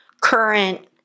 current